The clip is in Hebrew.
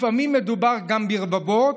לפעמים מדובר גם ברבבות,